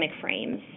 frames